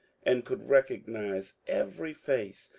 and could recognize every face,